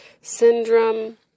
syndrome